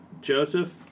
Joseph